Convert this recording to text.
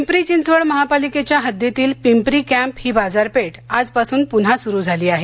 पिंपरी चिंचवड महापालिकेच्या हद्दीतील पिंपरी कॅम्प ही बाजारपेठ आजपासून पुन्हा सुरू झाली आहे